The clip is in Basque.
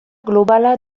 globala